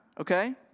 okay